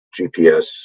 GPS